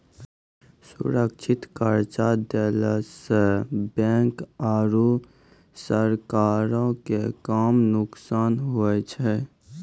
सुरक्षित कर्जा देला सं बैंको आरू सरकारो के कम नुकसान हुवै छै